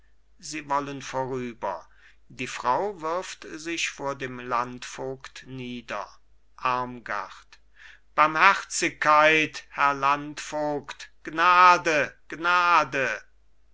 sie wollen vorüber die frau wirft sich vor dem landvogt nieder armgard barmherzigkeit herr landvogt gnade gnade